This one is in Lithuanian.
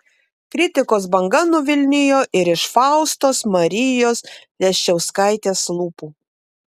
kritikos banga nuvilnijo ir iš faustos marijos leščiauskaitės lūpų